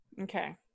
Okay